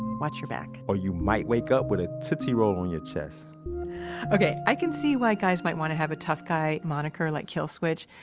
watch your back, or you might wake up with a tootsie roll on your chest okay. i can see why guys might want to have a tough guy moniker like kill switch.